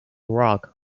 rock